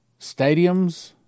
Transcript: stadiums